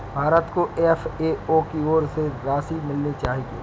भारत को एफ.ए.ओ की ओर से और राशि मिलनी चाहिए